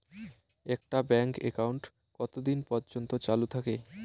একটা bank account কতদিন পর্যন্ত চালু থাকে?